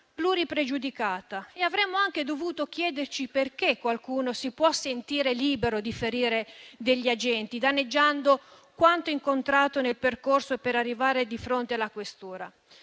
pluripregiudicata e avremmo anche dovuto chiederci perché qualcuno si può sentire libero di ferire degli agenti, danneggiando quanto incontrato nel percorso per arrivare di fronte alla questura.